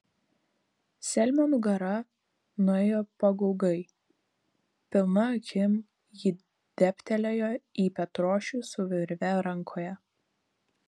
šelmio nugara nuėjo pagaugai pilna akim jis dėbtelėjo į petrošių su virve rankoje